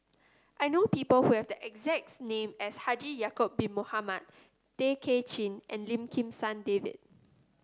i know people who have the exact name as Haji Ya'acob Bin Mohamed Tay Kay Chin and Lim Kim San David